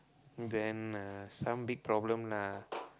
then uh some big problem lah